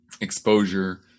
exposure